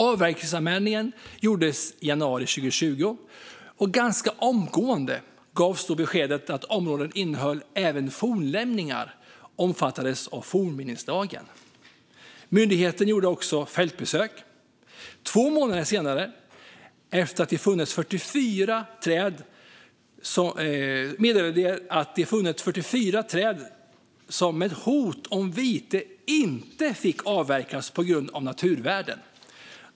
Avverkningsanmälan gjordes i januari 2020, och ganska omgående gavs då beskedet att området också innehöll fornlämningar och omfattades av fornminneslagen. Myndigheten gjorde också ett fältbesök. Två månader senare meddelade myndigheten att man hade funnit 44 träd som markägaren, med hot om vite, inte fick avverka på grund av naturvärden.